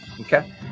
Okay